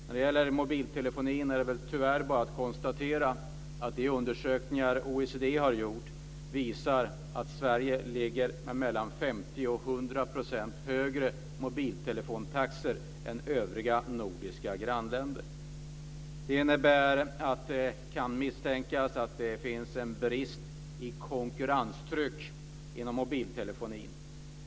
När det gäller mobiltelefonin är det tyvärr bara att konstatera att de undersökningar OECD har gjort visar att Sverige ligger mellan 50 och 100 % högre vad gäller mobiltelefontaxorna än övriga nordiska grannländer. Det innebär att det kan misstänkas att det finns en brist i konkurrenstryck inom mobiltelefonin.